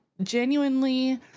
Genuinely